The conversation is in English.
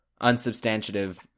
unsubstantiative